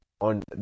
on